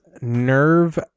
nerve